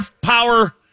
power